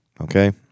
okay